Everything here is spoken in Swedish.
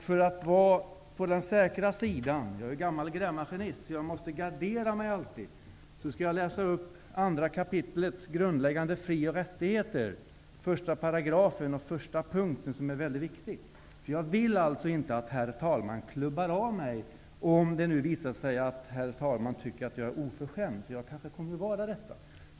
För att vara på den säkra sidan -- jag är gammal grävmaskinist, så jag är van vid att alltid gardera mig -- skall jag läsa upp vad som står i regeringsformens andra kapitel om grundläggande fri och rättigheter, första paragrafen, första punkten, som är väldigt viktig. Jag vill inte att herr talmannen klubbar av mig, om det visar sig att herr talmannen tycker att jag är oförskämd. Jag kommer kanske att vara det.